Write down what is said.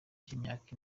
cy’imyaka